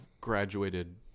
graduated